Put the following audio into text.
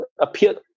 appeared